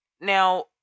Now